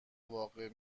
واقع